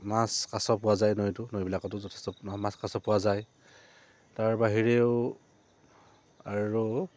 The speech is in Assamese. মাছ কাছ পোৱা যায় নৈতো নৈবিলাকতো যথেষ্ট মাছ কাছ পোৱা যায় তাৰ বাহিৰেও আৰু